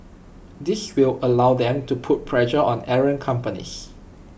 this will allow them to put pressure on errant companies